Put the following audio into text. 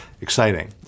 Exciting